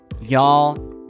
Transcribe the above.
Y'all